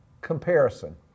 comparison